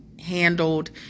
handled